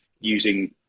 using